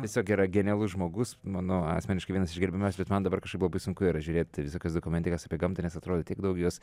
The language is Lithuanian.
tiesiog yra genialus žmogus mano asmeniškai vienas iš gerbiamiausių bet man dabar kažkaip labai sunku yra žiūrėt visokias dokumentikas apie gamtą nes atrodo tiek daug jos